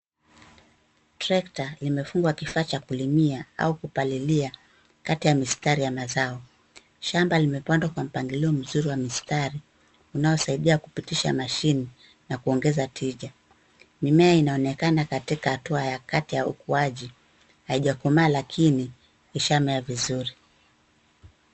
Trekta limefungwa kifaa cha kulimia au kupalilia katika ya mistari ya mazao. Shamba limepandwa kwa mpangilio mzuri wa mistari unayosaidia kupitisha mashini na kuongeza tija. Mimea inaonekana katika hatua ya kati ya ukuaji haijakomaa lakini ishaamea vizuri.